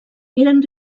eren